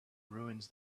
ruins